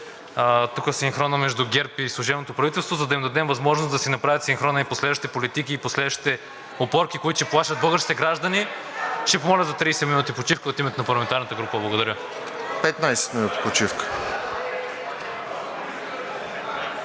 30 минути почивка